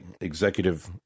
executive